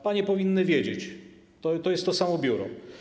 Panie powinny to wiedzieć, to jest to samo biuro.